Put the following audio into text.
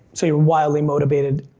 so you're wildly motivated,